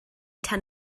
tan